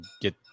get